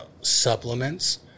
Supplements